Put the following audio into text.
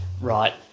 right